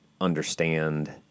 understand